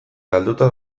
galduta